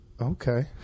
Okay